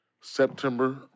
September